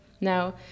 Now